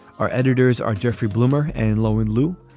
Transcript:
our editors are jeffrey blumer and lo and lou.